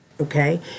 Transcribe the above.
okay